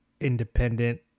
independent